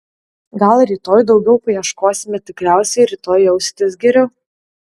gal rytoj daugiau paieškosime tikriausiai rytoj jausitės geriau